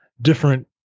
different